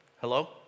Hello